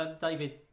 David